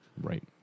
Right